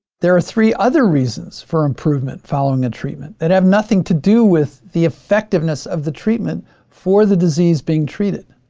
there are three other reasons for improvement following a treatment that have nothing to do with the effectiveness of the treatment for the disease being treated.